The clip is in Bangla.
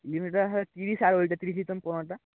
হ্যাঁ ত্রিশ আর ওইটা ত্রিশ পোনাটা